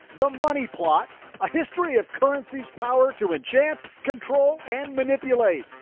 the money plot a history of currency's power to enchant, control and manipulate.